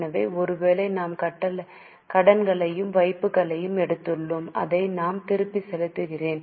எனவே ஒருவேளை நாம் கடன்களையும் வைப்புகளையும் எடுத்துள்ளோம் அதை நாம் திருப்பிச் செலுத்துகிறேன்